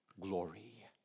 glory